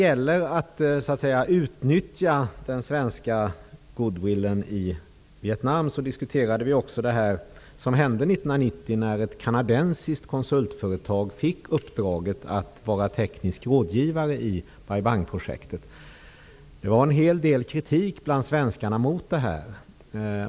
Vietnam diskuterade vi bl.a. det som hände 1990, när ett kanadensiskt konsultföretag fick uppdraget att vara teknisk rådgivare i Bai Bang-projektet. Det förekom bland svenskarna en hel del kritik mot detta.